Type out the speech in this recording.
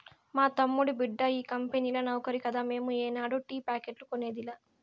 మా తమ్ముడి బిడ్డ ఈ కంపెనీల నౌకరి కదా మేము ఏనాడు టీ ప్యాకెట్లు కొనేదిలా